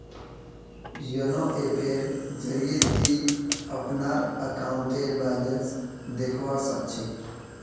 YONO ऐपेर जरिए ती अपनार अकाउंटेर बैलेंस देखवा सख छि